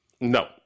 No